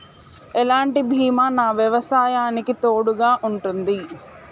ఎలాంటి బీమా నా వ్యవసాయానికి తోడుగా ఉంటుంది?